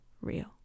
real